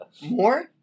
more